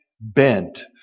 bent